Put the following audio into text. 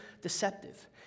deceptive